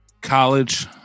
college